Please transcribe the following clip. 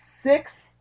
six